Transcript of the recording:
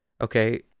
okay